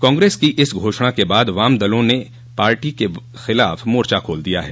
कांग्रेस की इस घोषणा के बाद वाम दलों ने पार्टी के खिलाफ मोर्चा खोल दिया है